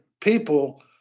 people